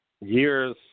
Years